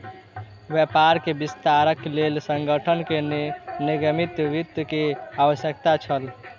व्यापार के विस्तारक लेल संगठन के निगमित वित्त के आवश्यकता छल